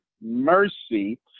mercy